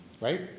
Right